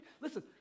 Listen